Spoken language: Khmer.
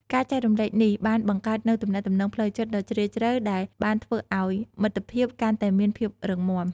ការចែករំលែកនេះបានបង្កើតនូវទំនាក់ទំនងផ្លូវចិត្តដ៏ជ្រាលជ្រៅដែលបានធ្វើឲ្យមិត្តភាពកាន់តែមានភាពរឹងមាំ។